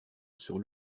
sur